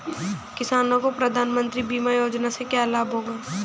किसानों को प्रधानमंत्री बीमा योजना से क्या लाभ होगा?